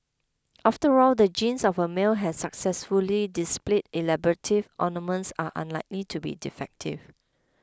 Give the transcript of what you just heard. after all the genes of a male has successfully displays elaborate ornaments are unlikely to be defective